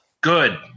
good